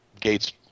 gates